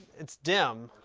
it's dim.